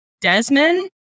Desmond